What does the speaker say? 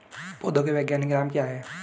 पौधों के वैज्ञानिक नाम क्या हैं?